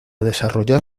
desarrollar